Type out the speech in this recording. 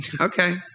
Okay